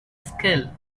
skill